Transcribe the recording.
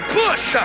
push